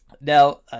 Now